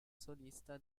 solista